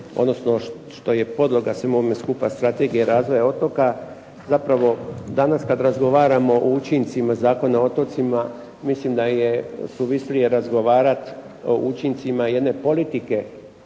odnosno što je podloga svemu ovome skupa, Strategije razvoja otoka, zapravo danas kad razgovaramo o učincima Zakona o otocima mislim da je suvislije razgovarati o učincima jedne politike